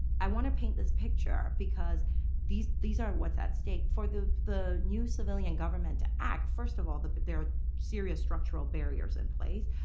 i want to paint this picture. because these these are what's at stake. for the the new civilian government to act, first of all, but there are serious structural barriers in place.